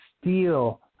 steel